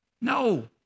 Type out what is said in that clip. No